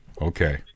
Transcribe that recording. Okay